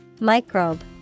Microbe